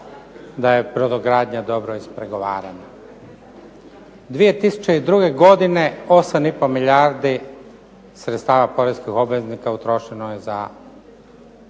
da je brodogradnja dobro ispregovarana. 2002. godine po 8,5 milijardi sredstava poreznih obveznika utrošeno je za